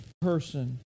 person